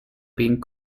being